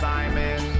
Simon